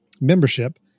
membership